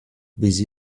busy